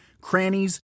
crannies